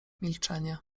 milczenie